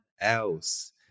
else